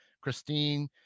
Christine